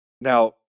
Now